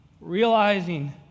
realizing